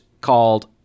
called